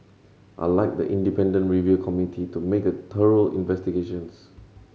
I'd like the independent review committee to make a thorough investigations